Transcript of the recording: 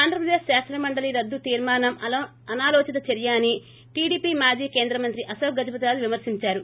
ఆంధ్రప్రదేక్ శాసనమండలి రద్దు తీర్శానం అనాలోచిత చర్య అని టీడీపీ మాజీ కేంద్రమంత్రి అశోక్ గజపతిరాజు విమర్పించారు